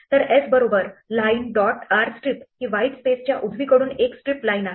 तर s बरोबर line dot r strip ही व्हाईट स्पेसच्या उजवीकडून एक strip लाईन आहे